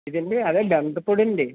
ఇదండీ అదే బెండపుడండి